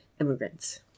immigrants